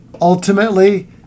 ultimately